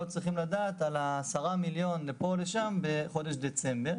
צריכים לדעת על ה-10 מיליון לפה או לשם בחודש דצמבר,